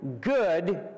good